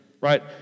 right